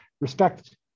respect